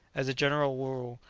as a general rule,